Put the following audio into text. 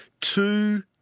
two